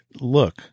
look